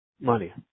money